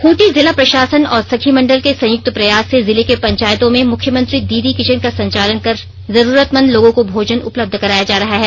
खूंटी जिला प्रषासन और सखी मंडल के संयुक्त प्रयास से जिले के पंचायतों में मुख्यमंत्री दीदी किचन का संचालन कर जरूरतमंद लोगों को भोजन उपलब्ध कराया जा रहा है